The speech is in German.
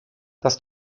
das